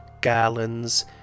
garlands